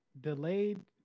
delayed